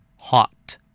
Hot